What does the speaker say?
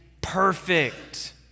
perfect